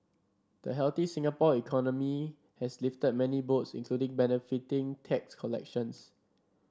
the healthy Singapore economy has lifted many boats including benefiting tax collections